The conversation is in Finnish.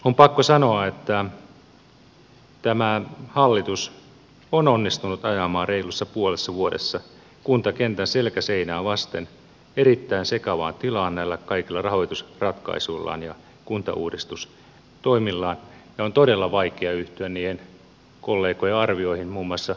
on pakko sanoa että tämä hallitus on onnistunut ajamaan reilussa puolessa vuodessa kuntakentän selkä seinää vasten erittäin sekavaan tilaan näillä kaikilla rahoitusratkaisuillaan ja kuntauudistustoimillaan ja on todella vaikea yhtyä nien kollegoja arvioi emu maissa